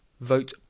vote